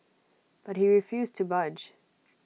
but he refused to budge